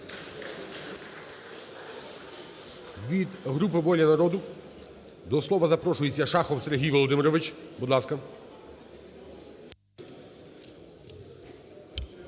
Від групи "Воля народу" до слова запрошується Шахов Сергій Володимирович. Будь ласка.